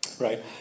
Right